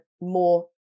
more